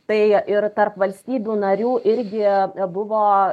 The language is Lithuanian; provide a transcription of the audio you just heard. tai ir tarp valstybių narių irgi a buvo